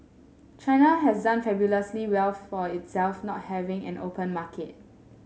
China has done fabulously well for itself not having an open market